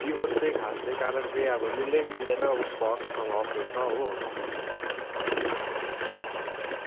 divorce चाहिँ खास चाहिँ कारण चाहिँ अब मिल्दै मिल्दैन उसको अर्कोसँग अफेयर छ हो त्यसले गर्दा चाहिँ अब मिल्दैन